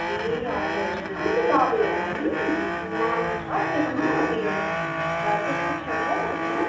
ए हजुर हजुर कुन चाहिँ दवाई होला नि नाम छ तपाईँकोमा उयो प्रिस्क्रिप्सन छ तपाईँकोमा